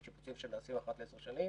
אלו שיפוצים שנעשים אחת לעשר שנים.